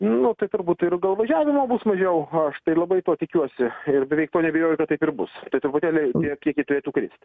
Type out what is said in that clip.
nu tai turbūt ir gal važiavim bus mažiau aš tai labai to tikiuosi ir beveik tuo neabejoju kad taip ir bus tai truputėlį tie kiekiai turėtų krist